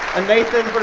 and nathan but